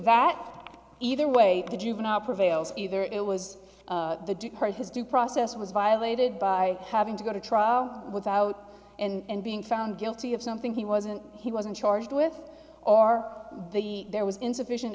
that either way the juvenile prevails either it was part of his due process was violated by having to go to trial with out and being found guilty of something he wasn't he wasn't charged with or the there was insufficient